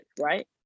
right